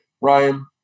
Ryan